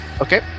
Okay